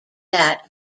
that